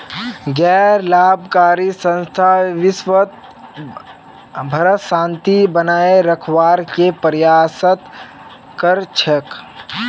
गैर लाभकारी संस्था विशव भरत शांति बनए रखवार के प्रयासरत कर छेक